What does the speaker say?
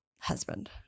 husband